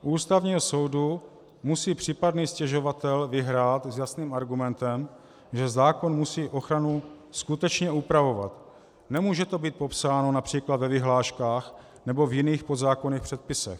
U Ústavního soudu musí případný stěžovatel vyhrát s jasným argumentem, že zákon musí ochranu skutečně upravovat, nemůže to být popsáno například ve vyhláškách nebo v jiných podzákonných předpisech.